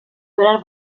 durar